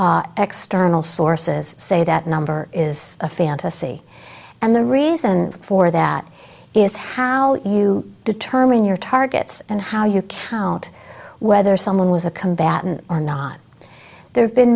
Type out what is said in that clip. external sources say that number is a fantasy and the reason for that is how you determine your targets and how you count whether someone was a combatant or not there